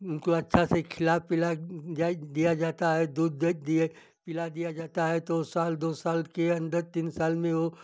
उनको अच्छा से खिला पिला जाय दिया जाता है दूध दे दिए पिला दिया जाता है तो साल दो साल के अन्दर तीन साल में वो